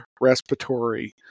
respiratory